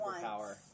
superpower